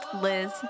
Liz